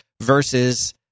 versus